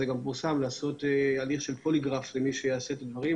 זה גם פורסם לעשות הליך של פוליגרף למי שיעשה את הדברים.